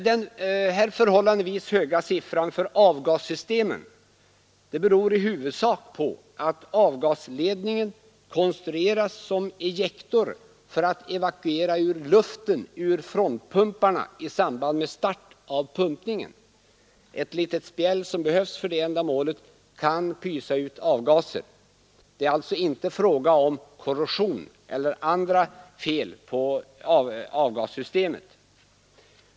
Den förhållandevis höga siffran för brandbilarnas avgassystem beror i huvudsak på att avgasledningen konstruerats som ejektor för att evakuera luften ur frontpumparna i samband med start av pumpningen. Ett litet spjäll som behövs för detta ändamål kan pysa ut avgaser. Det är alltså inte fråga om korrosion eller andra fel på avgassystemet.